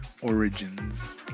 Origins